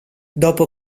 dopo